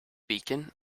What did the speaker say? beacon